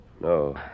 No